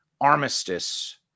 armistice